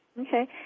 Okay